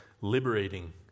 liberating